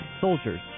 soldiers